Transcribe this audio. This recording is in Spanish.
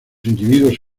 individuos